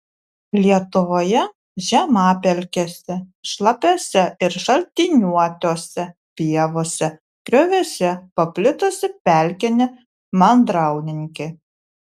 lietuvoje žemapelkėse šlapiose ir šaltiniuotose pievose grioviuose paplitusi pelkinė mandrauninkė